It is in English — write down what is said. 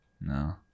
no